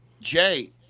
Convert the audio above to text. jay